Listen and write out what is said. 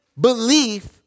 belief